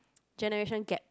generation gap